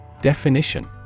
definition